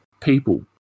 people